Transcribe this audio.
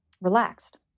relaxed